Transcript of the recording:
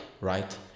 right